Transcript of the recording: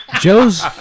Joe's